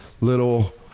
little